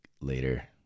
Later